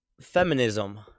feminism